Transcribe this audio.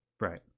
Right